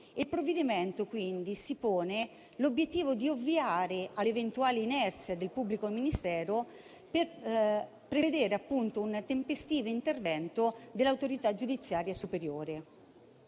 Il provvedimento in esame si pone, quindi, l'obiettivo di ovviare all'eventuale inerzia del pubblico ministero prevedendo un tempestivo intervento dell'autorità giudiziaria superiore.